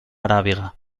aràbiga